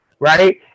right